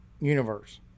universe